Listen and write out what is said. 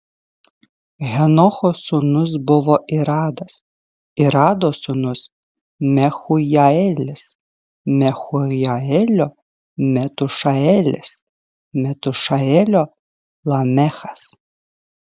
henocho sūnus buvo iradas irado sūnus mehujaelis mehujaelio metušaelis metušaelio lamechas